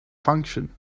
function